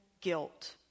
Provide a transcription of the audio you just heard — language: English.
guilt